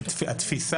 התכנית